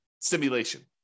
simulation